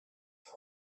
what